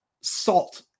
salt